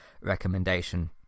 recommendation